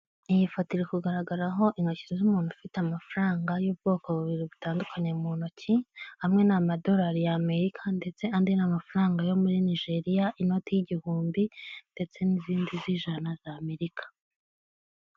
Iyi foto ire iri kugaragaraho intoki z'umuntu ufite amafaranga y'ubwoko bubiri butandukanye mu ntoki, amwe n'amadorari y'amerika ndetse andi namafaranga yo muri nigeriya inoti y'igihumbi ndetse n'izindi z'ijana z'amerika.